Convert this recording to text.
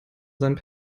seinen